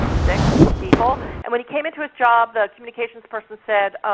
six people. and when he came into his job, the communications person said,